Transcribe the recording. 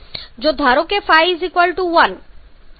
જો ધારો કે 1 તેનો અર્થ શું થાય છે ϕ બરાબર 1